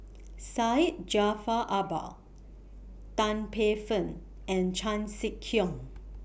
Syed Jaafar Albar Tan Paey Fern and Chan Sek Keong